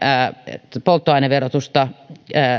lämmityspolttoaineverotusta